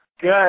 Good